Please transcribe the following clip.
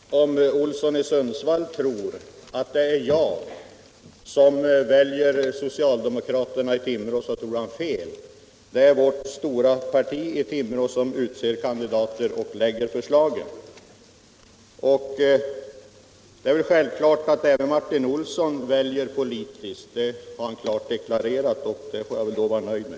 Herr talman! Om herr Olsson i Sundsvall tror att det är jag som väljer socialdemokraterna i Timrå tror han fel. Det är vårt stora parti i Timrå som utser kandidater och lägger fram förslag. Det är väl självklart att även Martin Olsson väljer politiskt. Det har han klart deklarerat och det får jag väl vara nöjd med.